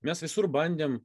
mes visur bandėm